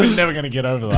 never gonna get over that.